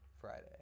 Friday